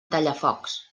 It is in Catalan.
tallafocs